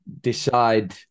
decide